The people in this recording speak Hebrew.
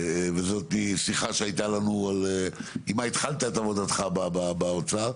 וזאת שיחה שהייתה לנו עם מה התחלת את עבודתך באוצר,